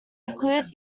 includes